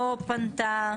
לא פנתה,